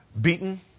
Beaten